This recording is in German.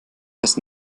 heißt